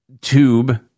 tube